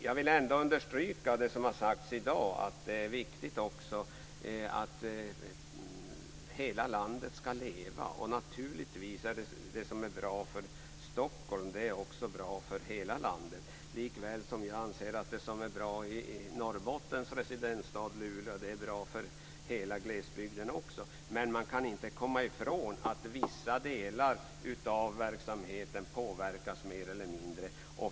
Jag vill ändå understryka det som sagts i dag, att det är viktigt att hela landet skall leva. Naturligtvis är det som är bra för Stockholm också bra för hela landet. Likaväl anser jag att det som är bra för Norrbottens residensstad Luleå är bra för hela glesbygden. Men man kan inte komma ifrån att vissa delar av verksamheten påverkas mer, vissa mindre.